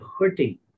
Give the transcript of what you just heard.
hurting